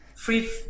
Free